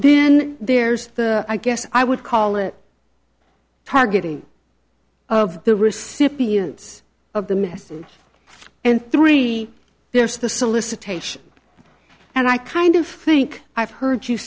then there's the i guess i would call it targeting of the recipients of the message and three there's the solicitation and i kind of think i've heard you